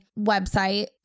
website